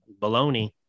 baloney